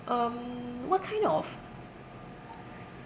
um what kind of